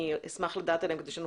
אם יש,